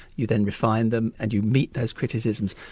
you then refine them and you meet those criticisms,